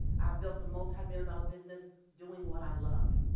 i built a multi-million dollar business doing what i love.